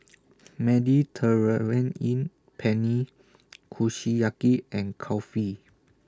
Mediterranean Penne Kushiyaki and Kulfi